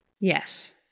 Yes